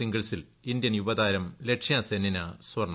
സിംഗിൾസിൽ ഇന്ത്യൻ യുവതാരം ലക്ഷ്യാസെന്നിന് സ്വർണ്ണം